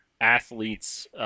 athletes